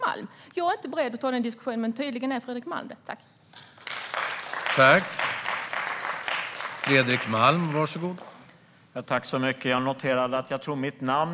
Jag är inte beredd att ta den diskussionen, men tydligen är Fredrik Malm beredd att göra det.